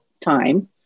time